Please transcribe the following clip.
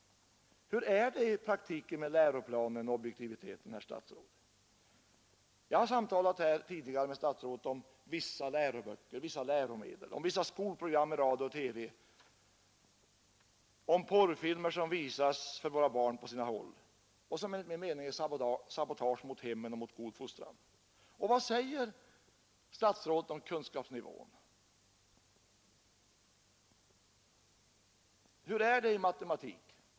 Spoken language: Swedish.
Hur är det i praktiken med läroplanen och objektiviteten, herr statsråd? Jag har samtalat tidigare med statsrådet om vissa läroböcker, om vissa läromedel, om vissa skolprogram i radio och TV, om porrfilmer som visas för våra barn och som enligt min mening är sabotage mot hemmen och mot god fostran. Och vad säger statsrådet om kunskapsnivån? Hur är det i matematik?